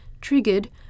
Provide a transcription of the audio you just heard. triggered